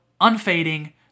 unfading